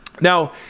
Now